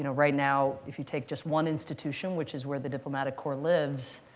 you know right now, if you take just one institution which is where the diplomatic corps lives,